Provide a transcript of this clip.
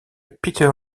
peter